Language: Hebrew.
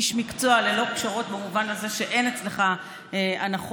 איש מקצוע ללא פשרות במובן הזה שאין אצלך הנחות,